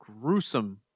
gruesome